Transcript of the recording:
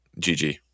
GG